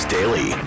Daily